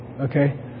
Okay